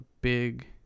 big